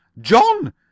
john